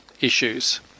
issues